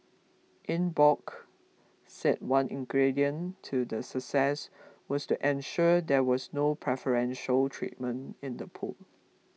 Eng Bock said one ingredient to the success was to ensure there was no preferential treatment in the pool